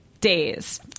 days